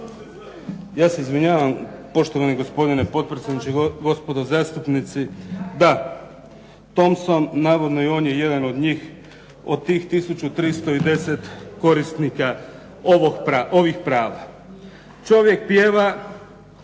Ja se izvinjavam. Poštovani gospodine potpredsjedniče, gospodo zastupnici. Da, Thompson navodno i on je jedan od njih, od tih tisuću 310 korisnika ovih prava. Čovjek pjeva